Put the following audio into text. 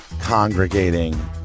congregating